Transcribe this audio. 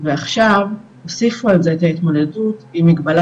ועכשיו תוסיפו על זה את ההתמודדות עם מגבלה